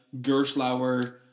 Gerslauer